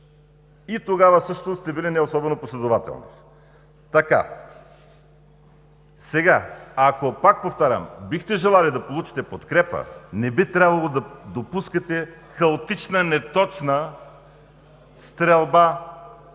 И тогава също сте били неособено последователни. Пак повтарям, ако бихте желали да получите подкрепа, не би трябвало да допускате хаотична, неточна стрелба